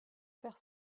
faire